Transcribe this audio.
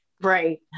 Right